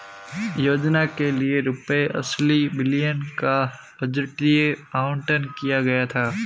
योजना के लिए रूपए अस्सी बिलियन का बजटीय आवंटन किया गया था